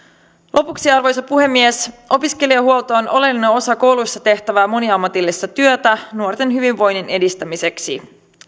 lopuksi arvoisa puhemies opiskelijahuolto on oleellinen osa kouluissa tehtävää moniammatillista työtä nuorten hyvinvoinnin edistämiseksi